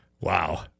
Wow